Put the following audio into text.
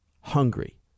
hungry